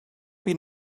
been